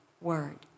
word